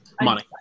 money